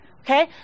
Okay